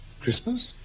Christmas